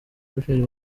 umushoferi